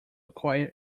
acquire